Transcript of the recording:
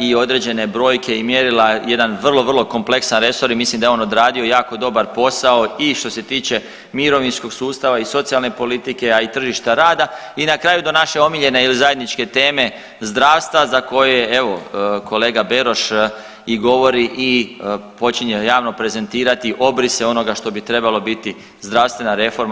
i određene brojke i mjerila, jedan vrlo, vrlo kompleksan resor i mislim da je on odradio jako dobar posao i što se tiče mirovinskog sustava i socijalne politike, a i tržišta rada i na kraju do naše omiljene ili zajedničke teme zdravstva za koje evo kolega Beroš i govori i počinje javno prezentirati obrise onoga što bi trebalo biti zdravstvena reforma.